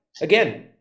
Again